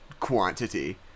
quantity